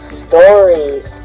stories